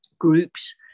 groups